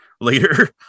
later